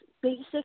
basic